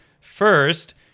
first